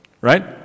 right